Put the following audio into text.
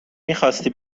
میخواستی